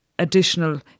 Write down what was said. Additional